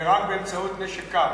נהרג באמצעות נשק קר.